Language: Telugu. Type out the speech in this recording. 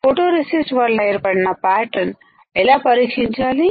ఫోటోరెసిస్ట్ వలన ఏర్పడిన ప్యాటర్న్ఎలా పరీక్షించాలి